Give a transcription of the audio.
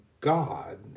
God